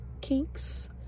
kinks